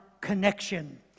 Connection